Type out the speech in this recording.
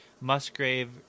Musgrave